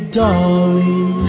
darling